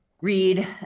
read